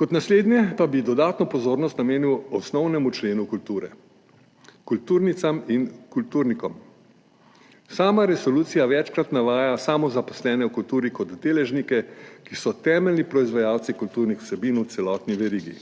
Kot naslednje pa bi dodatno pozornost namenil osnovnemu členu kulture – kulturnicam in kulturnikom. Sama resolucija večkrat navaja samozaposlene v kulturi kot deležnike, ki so temeljni proizvajalci kulturnih vsebin v celotni verigi.